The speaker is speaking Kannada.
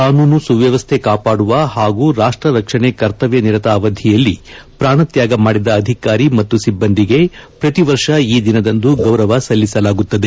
ಕಾನೂನು ಸುವ್ಧವಶ್ವೆ ಕಾಪಾಡುವ ಹಾಗೂ ರಾಷ್ನ ರಕ್ಷಣೆ ಕರ್ತವ್ಯ ನಿರತೆ ಅವಧಿಯಲ್ಲಿ ಪ್ರಾಣ ತ್ನಾಗ ಮಾಡಿದ ಅಧಿಕಾರಿ ಮತ್ತು ಸಿಬ್ಲಂದಿಗೆ ಪ್ರತಿ ವರ್ಷ ಈ ದಿನದಂದು ಗೌರವ ಸಲ್ಲಿಸಲಾಗುತ್ತದೆ